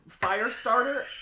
Firestarter